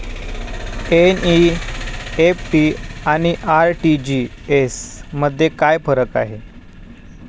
NEFT आणि RTGS मध्ये काय फरक आहे?